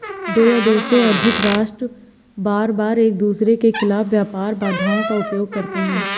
दो या दो से अधिक राष्ट्र बारबार एकदूसरे के खिलाफ व्यापार बाधाओं का उपयोग करते हैं